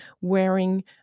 wearing